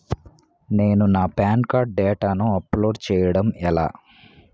నేను నా PAN card డేటాను అప్లోడ్ చేయడం ఎలా?